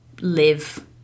live